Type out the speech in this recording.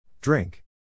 Drink